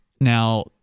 Now